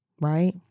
right